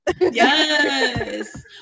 Yes